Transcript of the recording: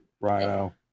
Rhino